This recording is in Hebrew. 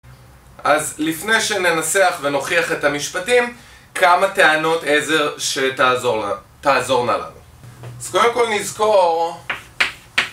אז לפני שננסח ונוכיח את המשפטים, כמה טענות עזר שתעזורנה לנו. אז קודם כל נזכור...